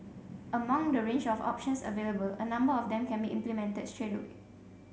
among the range of options available a number of them can be implemented straight away